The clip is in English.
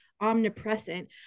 Omnipresent